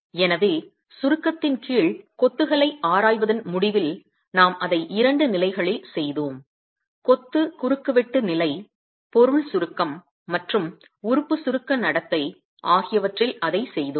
எனவே சுருக்கத்தின் கீழ் கொத்துகளை ஆராய்வதன் முடிவில் நாம் அதை 2 நிலைகளில் செய்தோம் கொத்து குறுக்குவெட்டு நிலை பொருள் சுருக்கம் மற்றும் உறுப்பு சுருக்க நடத்தை ஆகியவற்றில் அதைச் செய்தோம்